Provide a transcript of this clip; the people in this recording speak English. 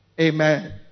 Amen